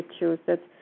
Massachusetts